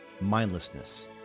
mindlessness